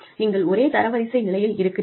நீங்கள் ஒரே தரவரிசை நிலையில் இருக்கிறீர்கள்